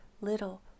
little